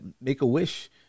Make-A-Wish